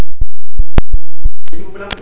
lagi berapa lama